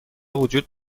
وجود